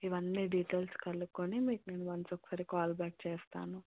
ఇవన్నీ డీటైల్స్ కనుక్కొని మీకు నేను వన్స్ ఒకసారి కాల్ బ్యాక్ చేస్తాను